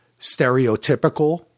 stereotypical